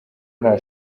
nta